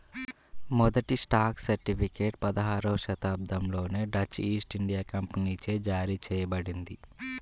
మొదటి stock certificate పదహారవ శతాబ్దంలోనే డచ్ ఈస్ట్ ఇండియా కంపెనీచే జారీ చేయబడింది